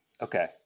okay